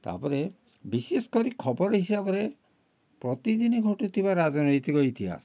ତା'ପରେ ବିଶେଷ କରି ଖବର ହିସାବରେ ପ୍ରତିଦିନ ଘଟୁଥିବା ରାଜନୈତିକ ଇତିହାସ